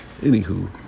anywho